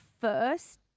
first